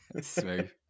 Smooth